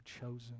chosen